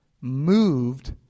moved